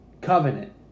covenant